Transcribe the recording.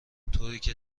طوریکه